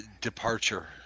departure